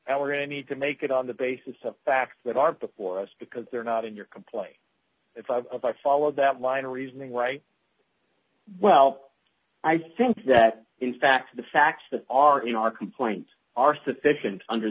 and we're going to need to make it on the basis of the facts that are before us because they're not in your complaint if i followed that line of reasoning right well i think that in fact the facts that are in our complaint are sufficient under